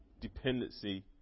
dependency